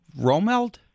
Romeld